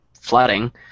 flooding